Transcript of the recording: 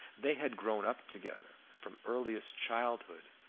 they had grown up together from earliest childhood,